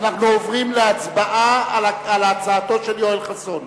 אנחנו עוברים להצבעה על הצעתו של יואל חסון,